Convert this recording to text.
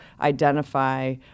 identify